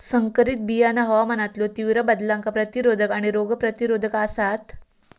संकरित बियाणा हवामानातलो तीव्र बदलांका प्रतिरोधक आणि रोग प्रतिरोधक आसात